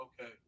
okay